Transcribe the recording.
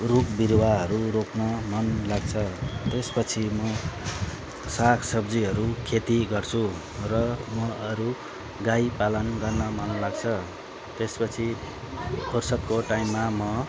रुख बिरुवाहरू रोप्न मन लाग्छ त्यसपछि म साग सब्जीहरू खेती गर्छु र म अरू गाई पालन गर्न मन लाग्छ त्यसपछि बर्षाको टाइममा म